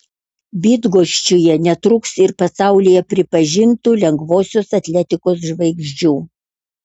bydgoščiuje netrūks ir pasaulyje pripažintų lengvosios atletikos žvaigždžių